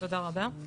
תודה רבה.